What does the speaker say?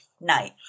night